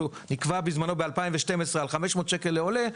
שנקבע בזמנו ב-2012 על 500 שקל לעולה,